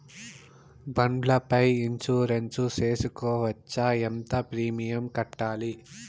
బండ్ల పై ఇన్సూరెన్సు సేసుకోవచ్చా? ఎంత ప్రీమియం కట్టాలి?